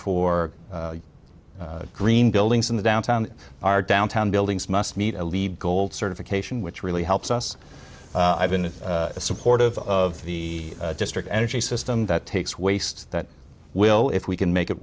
for green buildings in the downtown our downtown buildings must meet a lead gold certification which really helps us i've been supportive of the district energy system that takes waste that will if we can make it